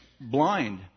blind